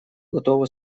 готова